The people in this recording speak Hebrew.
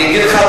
אני אגיד לך,